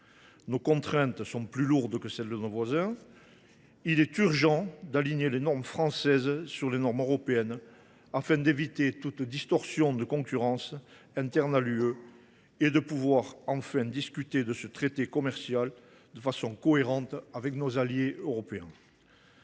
Nos contraintes sont plus lourdes que celles de nos voisins. Il est urgent d’aligner les normes françaises sur les normes européennes, afin d’éviter toute distorsion de concurrence interne à l’Union européenne et de pouvoir enfin discuter de ce traité commercial de manière cohérente avec nos alliés européens.